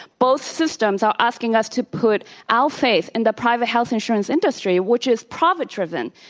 both systems are asking us to put our faith in the private health insurance industry which is profit driven.